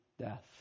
death